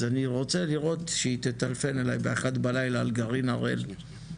אז אני רוצה לראות שהיא תטלפן אליי באחת בלילה על גרעין הראל.